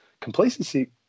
Complacency